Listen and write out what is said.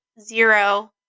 zero